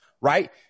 right